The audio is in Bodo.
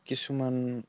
किसुमान